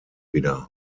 wieder